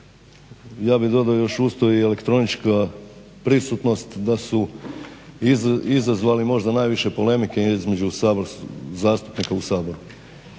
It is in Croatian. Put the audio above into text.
ja bih dodao još uz to i elektronička prisutnost da su izazvali možda najviše polemike između zastupnika u Saboru.